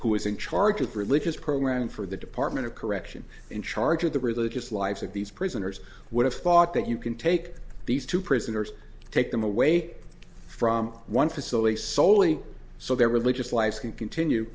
who is in charge of religious programming for the department of correction in charge of the religious lives of these prisoners would have thought that you can take these two prisoners take them away from one facility soley so their religious lives can continue